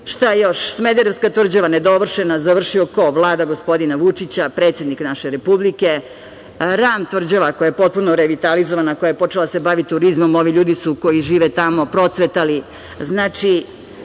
završio. Smederevska tvrđava nedovršena. Završio, ko? Vlada, gospodina Vučića, predsednika naše Republike, Ram tvrđava koja je potpuno revitalizovana, koja je počela da se bavi turizmom. Ovi ljudi koji žive tamo su procvetali.